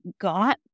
got